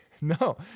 No